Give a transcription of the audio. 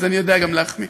אז אני יודע גם להחמיא.